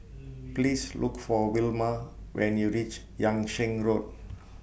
Please Look For Wilma when YOU REACH Yung Sheng Road